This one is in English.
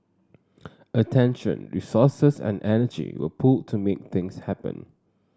attention resources and energy were pooled to make things happen